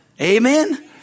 Amen